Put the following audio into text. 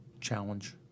challenge